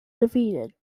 defeated